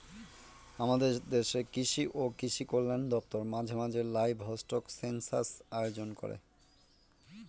আমাদের দেশের কৃষি ও কৃষি কল্যাণ দপ্তর মাঝে মাঝে লাইভস্টক সেনসাস আয়োজন করে